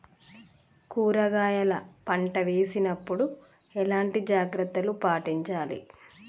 కూరగాయల పంట వేసినప్పుడు ఎలాంటి జాగ్రత్తలు పాటించాలి?